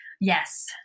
Yes